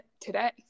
today